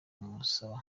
kumusaba